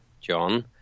John